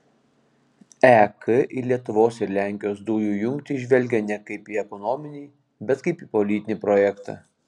ek į lietuvos ir lenkijos dujų jungtį žvelgia ne kaip į ekonominį bet kaip į politinį projektą